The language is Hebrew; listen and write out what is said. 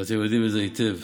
ואתם יודעים את זה היטב.